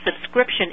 subscription